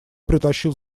притащил